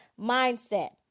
mindset